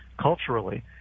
culturally